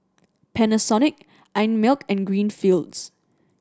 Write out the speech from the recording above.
Panasonic Einmilk and Greenfields